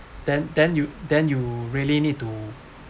then then you then you really need to